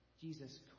Jesus